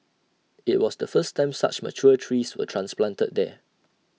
IT was the first time such mature trees were transplanted there